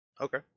Okay